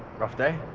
rough day?